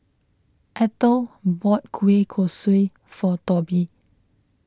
Eithel bought Kueh Kosui for Toby